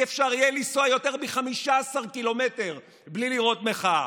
לא יהיה אפשר לנסוע יותר מ-15 ק"מ בלי לראות מחאה.